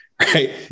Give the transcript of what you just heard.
right